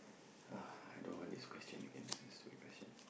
uh I don't want this question again this is a stupid question